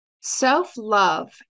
Self-love